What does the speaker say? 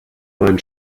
mein